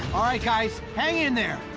alright, guys. hang in there!